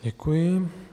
Děkuji.